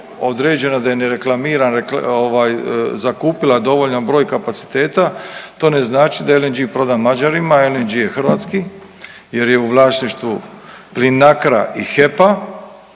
određena da je ne reklamiram ovaj zakupila dovoljan broj kapaciteta to ne znači da je LNG prodan Mađarima. LNG je hrvatski jer je u vlasništvu Plinacro-a i HEP-a,